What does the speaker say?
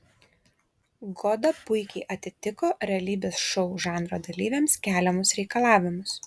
goda puikiai atitiko realybės šou žanro dalyviams keliamus reikalavimus